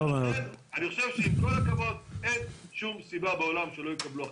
אני חושב שעם כל הכבוד אין שום סיבה בעולם שלא יקבלו החלטה,